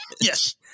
Yes